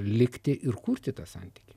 likti ir kurti tą santykį